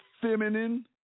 feminine